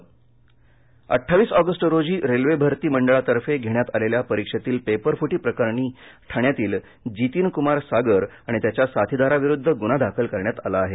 पेपरफुटी अड्ठावीस ऑगस्ट रोजी रेल्वे भरती मंडळातर्फे घेण्यात आलेल्या परीक्षेतील पेपरफुटी प्रकरणी ठाण्यातील जितीन कुमार सागर आणि त्याच्या साथीदाराविरोधात गुन्हा दाखल करण्यात आला आहे